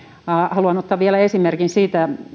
haluan ottaa vielä esimerkin kertoa siitä